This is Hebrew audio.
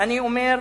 אני אומר: